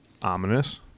Ominous